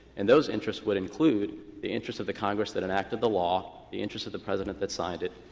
and those interests would include the interests of the congress that enacted the law, the interests of the president that signed it,